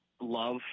Love